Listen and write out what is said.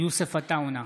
יוסף עטאונה,